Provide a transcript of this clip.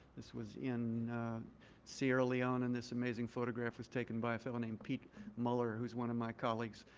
this was in sierra leone. and this amazing photograph was taken by a fellow named pete muller, who's one of my colleagues